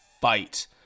fight